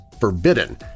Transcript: forbidden